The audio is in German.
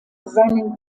seinen